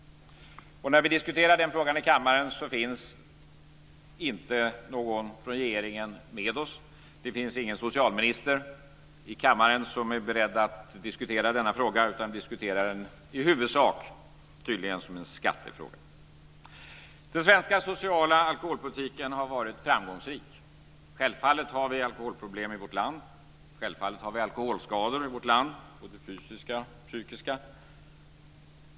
När vi diskuterar den frågan i kammaren finns inte någon från regeringen med oss. Det finns ingen socialminister i kammaren som är beredd att diskutera denna fråga, utan vi diskuterar den tydligen i huvudsak som en skattefråga. Den svenska sociala alkoholpolitiken har varit framgångsrik. Självfallet har vi alkoholproblem i vårt land. Självfallet har vi alkoholskador i vårt land, fysiska och psykiska.